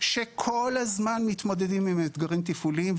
שכל הזמן מתמודדים עם אתגרים תפעוליים,